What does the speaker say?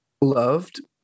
loved